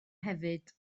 hefyd